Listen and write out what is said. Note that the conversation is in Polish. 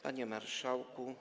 Panie Marszałku!